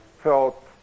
felt